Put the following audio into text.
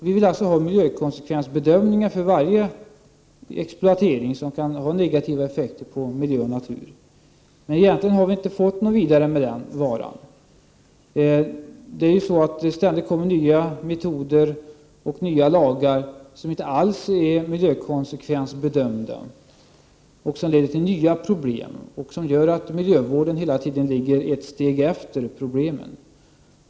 Vi vill ha miljökonsekvensbedömningar för varje exploatering som kan få negativa effekter på miljö och natur. Men det har inte hänt särskilt mycket i det avseendet. Vi möter dock ständigt nya metoder och lagar som inte alls är miljökonsekvensbedömda och som leder till nya problem. På det sättet ligger miljövården hela tiden ett steg efter problemen.